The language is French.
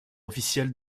officiel